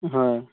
ହଁ ହଁ